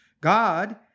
God